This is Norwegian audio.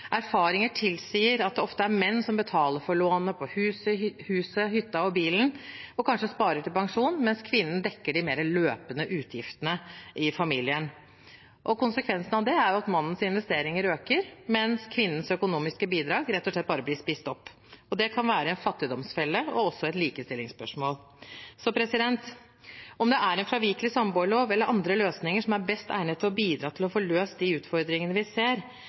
tilsier at det ofte er menn som betaler lånet på huset, hytta og bilen og kanskje sparer til pensjon, mens kvinnene dekker de mer løpende utgiftene i familien. Konsekvensen av dette er at mannens investeringer øker i verdi mens kvinnens økonomiske bidrag rett og slett blir spist opp. Det kan være en fattigdomsfelle og et likestillingsspørsmål. Om det er en fravikelig samboerlov eller andre løsninger som er best egnet til å bidra til å få løst de utfordringene vi ser,